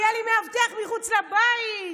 ויהיה לי מאבטח מחוץ לבית,